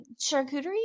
Charcuterie